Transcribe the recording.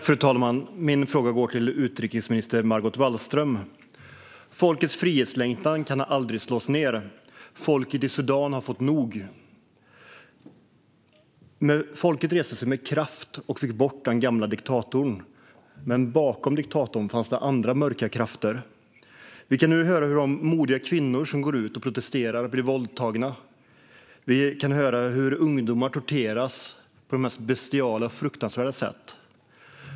Fru talman! Min fråga går till utrikesminister Margot Wallström. Folkets frihetslängtan kan aldrig slås ned. Folket i Sudan har fått nog. Folket reste sig med kraft och fick bort den gamle diktatorn, men bakom diktatorn fanns det andra mörka krafter. Vi hör om hur de modiga kvinnor som går ut och protesterar blir våldtagna. Vi hör om hur ungdomar torteras på det mest bestialiska och fruktansvärda sätt.